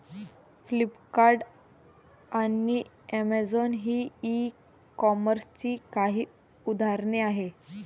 Flipkart आणि Amazon ही e कॉमर्सची काही उदाहरणे आहे